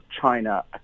China